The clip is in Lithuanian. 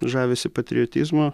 žavisi patriotizmu